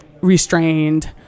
restrained